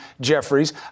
Jeffries